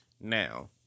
Now